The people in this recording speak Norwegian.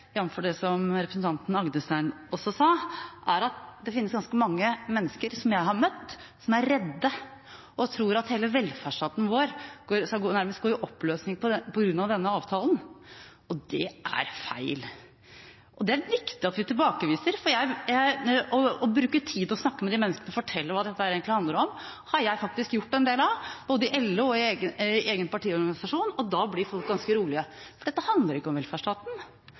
det som representanten Rodum Agdestein også sa, er at det finnes ganske mange mennesker som jeg har møtt, som er redde, og som tror at hele velferdsstaten vår nærmest skal gå i oppløsning på grunn av denne avtalen. Det er feil, og det er det viktig at vi tilbakeviser. Å bruke tid på å snakke med de menneskene og fortelle hva dette egentlig handler om, har jeg faktisk gjort en del av, både i LO og i egen partiorganisasjon, og da blir folk ganske rolige. For dette handler ikke om velferdsstaten,